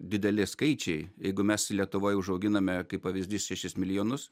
dideli skaičiai jeigu mes lietuvoj užauginame kaip pavyzdys šešis milijonus